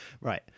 Right